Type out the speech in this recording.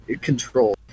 control